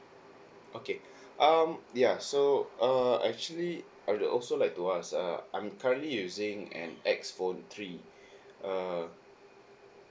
okay um ya so err I actually I'd also like to ask uh I'm currently using an X phone three err